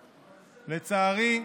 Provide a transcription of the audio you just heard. לצערי,